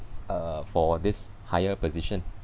uh for this higher position